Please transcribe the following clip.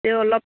তেও অলপ